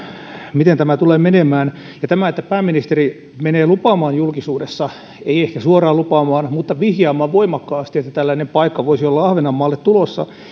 miten tämä tulee menemään ja se että pääministeri menee lupaamaan julkisuudessa ei ehkä suoraan lupaamaan mutta vihjaamaan voimakkaasti että tällainen paikka voisi olla ahvenanmaalle tulossa